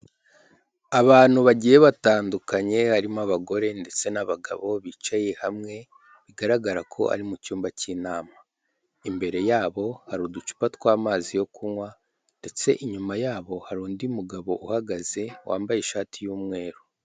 Abantu bagiye batandukanye harimo abagore ndetse n'abagabo bicaye hamwe, bigaragara ko ari mu cyumba cy'inama, imbere yabo hari uducupa tw'amazi yo kunywa ndetse inyuma yabo hari undi mugabo uhagaze wambaye ishati y'umweru.